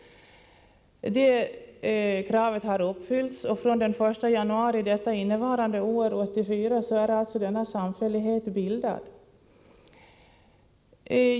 Det kravet har uppfyllts i och med att samfälligheten bildats från den 1 januari 1984.